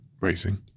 racing